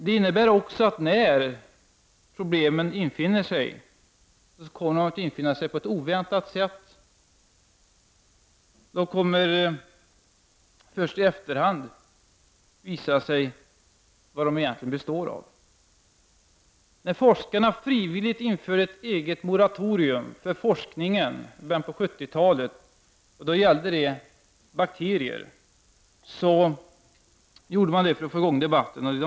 Det innebär också att problemen, när de infinner sig, kommer att infinna sig på ett oväntat sätt. Det kommer först i efterhand att visa sig vad det egentligen består av. När forskarna beträffande bakterier frivilligt införde ett eget moratorium för forskningen i början av 70-talet gjordes det för att forskarna skulle få i gång debatten.